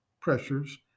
pressures